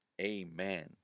Amen